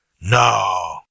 No